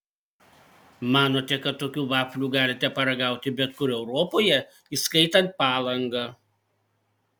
manote kad tokių vaflių galite paragauti bet kur europoje įskaitant palangą